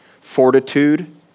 fortitude